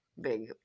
big